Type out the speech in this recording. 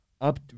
up